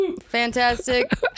fantastic